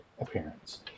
appearance